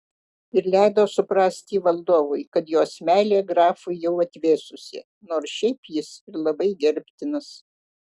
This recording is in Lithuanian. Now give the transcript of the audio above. ir leido suprasti valdovui kad jos meilė grafui jau atvėsusi nors šiaip jis ir labai gerbtinas